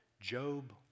Job